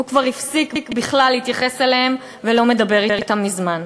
הוא כבר הפסיק בכלל להתייחס אליהם ולא מדבר אתם מזמן.